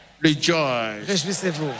Rejoice